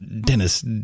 Dennis